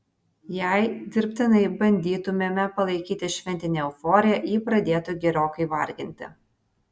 jei dirbtinai bandytumėme palaikyti šventinę euforiją ji pradėtų gerokai varginti